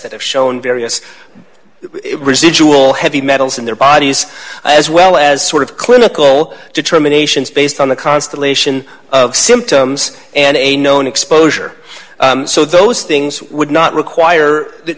that have shown various residual heavy metals in their bodies as well as sort of clinical determinations based on a constellation of symptoms and a known exposure so those things would not require that